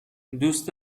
دوست